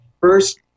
first